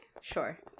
Sure